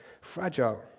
fragile